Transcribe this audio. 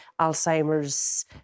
Alzheimer's